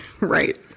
Right